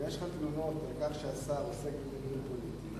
יש לך תלונות על כך שהשר עוסק במינויים פוליטיים,